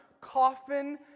coffin